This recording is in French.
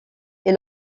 est